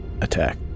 attack